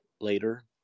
later